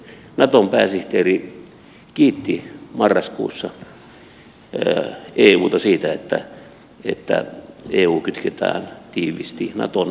naton pääsihteeri kiitti marraskuussa euta siitä että eu kytketään tiiviisti naton puolustussuunnitteluun